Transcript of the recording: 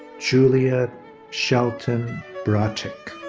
julia shelton bratic.